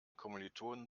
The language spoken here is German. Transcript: kommilitonen